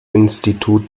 institut